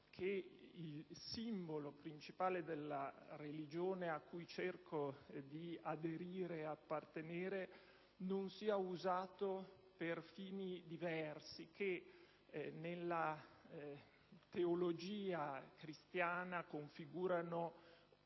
che il simbolo principale della religione cui cerco di appartenere non venga usato per fini diversi, che nella teologia cristiana configurano